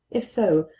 if so,